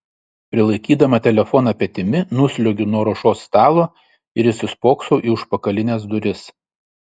prilaikydama telefoną petimi nusliuogiu nuo ruošos stalo ir įsispoksau į užpakalines duris